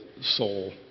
soul